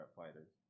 fighters